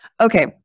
okay